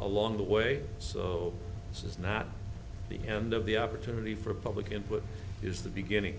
along the way so this is not the end of the opportunity for public input is the beginning